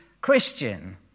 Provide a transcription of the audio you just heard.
Christian